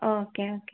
okay okay